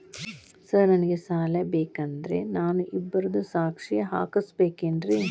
Sir ನನಗೆ ಸಾಲ ಬೇಕಂದ್ರೆ ನಾನು ಇಬ್ಬರದು ಸಾಕ್ಷಿ ಹಾಕಸಬೇಕೇನ್ರಿ?